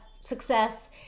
success